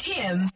Tim